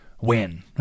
win